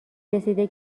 رسیده